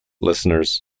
Listeners